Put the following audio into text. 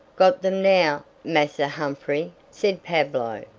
got them now, massa humphrey, said pablo.